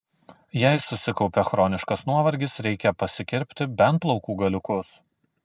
jei susikaupė chroniškas nuovargis reikia pasikirpti bent plaukų galiukus